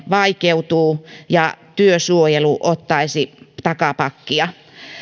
vaikeutuu ja työsuojelu ottaisi takapakkia